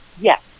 yes